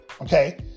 okay